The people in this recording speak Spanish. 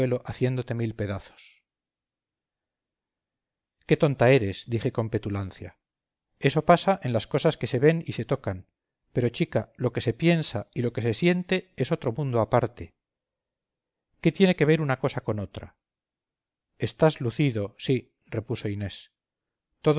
haciéndote mil pedazos qué tonta eres dije con petulancia eso pasa en las cosas que se ven y se tocan pero chica lo que se piensa y lo que se siente es otro mundo aparte qué tiene que ver una cosa con otra estás lucido sí repuso inés